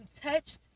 touched